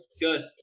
Good